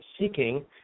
seeking